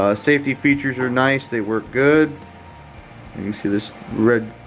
ah safety features are nice, they work good. and you see this red,